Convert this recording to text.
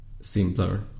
simpler